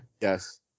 Yes